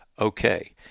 Okay